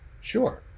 Sure